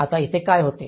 आता इथे काय होते